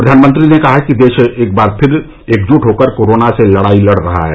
प्रधानमंत्री ने कहा कि देश एक बार फिर एकजुट होकर कोरोना से लडाई कर रहा है